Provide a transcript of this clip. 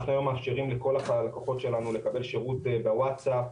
אנחנו היום מאפשרים לכל הלקוחות שלנו לקבל שירות בווצאפ,